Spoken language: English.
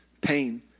pain